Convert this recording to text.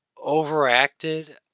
Overacted